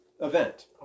event